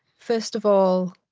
first of all,